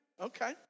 okay